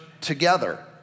together